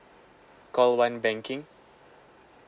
call one banking